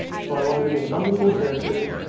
so i wanted to make a bunch of cool characters,